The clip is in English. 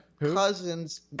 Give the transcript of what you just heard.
cousins